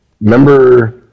Remember